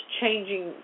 changing